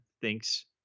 thinks